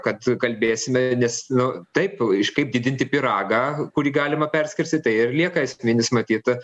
kad kalbėsime nes nu taip iš kaip didinti pyragą kurį galima perskirstyt tai ir lieka esminis matyt